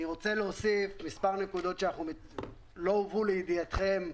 אני רוצה להוסיף מספר נקודות שלא הובאו לידיעתכם.